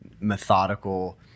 methodical